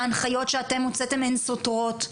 ההנחיות שאתם הוצאתם הן סותרות,